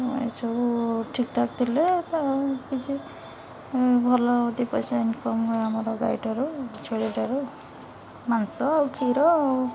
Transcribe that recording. ଏସବୁ ଠିକ୍ ଠାକ୍ ଥିଲେ କିଛି ଭଲ ଦି ପଇସା ଇନକମ୍ ହୁଏ ଆମର ଗାଈଠାରୁ ଛେଳି ଠାରୁ ମାଂସ ଆଉ କ୍ଷୀର ଆଉ